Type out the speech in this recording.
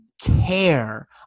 care